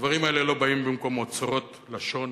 הדברים האלה לא באים במקום אוצרות לשון,